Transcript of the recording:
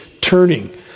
turning